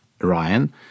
Ryan